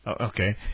Okay